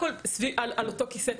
הכול על אותו כיסא.